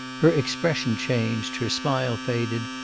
her expression changed, her smile faded,